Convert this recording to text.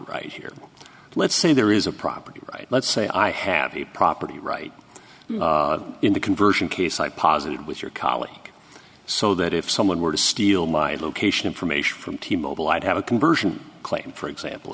rights here let's say there is a property right let's say i have a property right in the conversion case i posited with your colleague so that if someone were to steal my location information from t mobile i'd have a conversion claim for example